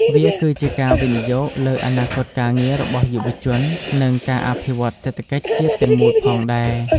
វាគឺជាការវិនិយោគលើអនាគតការងាររបស់យុវជននិងការអភិវឌ្ឍសេដ្ឋកិច្ចជាតិទាំងមូលផងដែរ។